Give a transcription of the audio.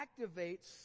activates